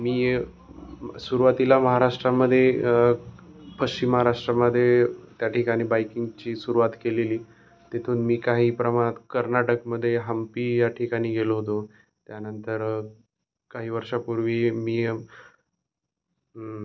मी सुरवातीला महाराष्ट्रामध्ये पश्चिम महाराष्ट्रामध्ये त्या ठिकाणी बाईकिंगची सुरवात केलेली तिथून मी काही प्रमाणात कर्नाटकमध्ये हंपी या ठिकाणी गेलो होतो त्यानंतर काही वर्षापूर्वी मी